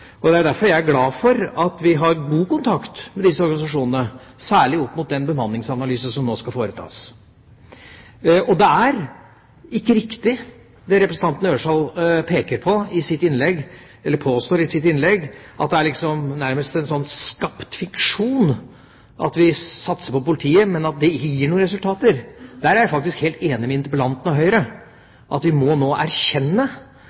med. Det er derfor jeg er glad for at vi har god kontakt med disse organisasjonene, særlig opp mot den bemanningsanalyse som nå skal foretas. Det er ikke riktig det representanten Ørsal Johansen påstår i sitt innlegg, at det nærmest er en skapt «illusjon» at vi satser på politiet, men at det ikke gir noen resultater. Der er jeg faktisk helt enig med